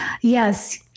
Yes